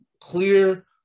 clear